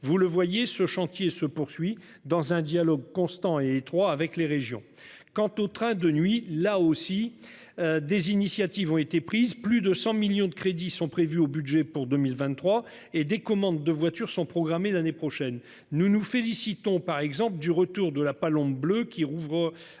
vous le voyez ce chantier se poursuit dans un dialogue constant et étroit avec les régions. Quant aux trains de nuit là aussi. Des initiatives ont été prises, plus de 100 millions de crédits sont prévus au budget pour 2023 et des commandes de voitures sont programmées l'année prochaine nous nous félicitons par exemple du retour de la palombe bleue qui rouvre.